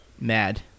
MAD